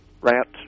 rats